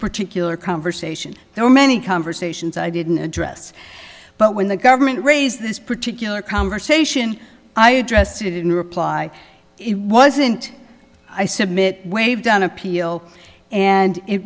particular conversation there were many conversations i didn't address but when the government raised this particular conversation i addressed it in reply it wasn't i submit wave down appeal and it